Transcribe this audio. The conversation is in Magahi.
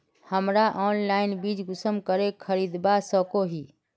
हमरा ऑनलाइन बीज कुंसम करे खरीदवा सको ही?